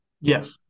Yes